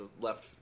left